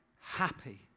happy